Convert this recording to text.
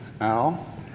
Al